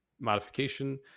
modification